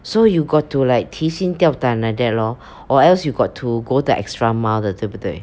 so you got to like 提醒吊胆 like that lor or else you got to go the extra mile 的对不对